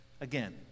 again